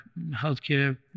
healthcare